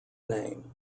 name